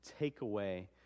takeaway